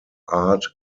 art